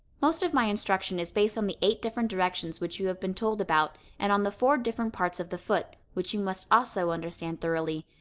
most of my instruction is based on the eight different directions which you have been told about, and on the four different parts of the foot, which you must also understand thoroughly.